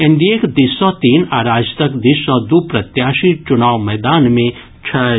एनडीएक दिस सँ तीन आ राजदक दिस सँ दू प्रत्याशी चुनाव मैदान मे छथि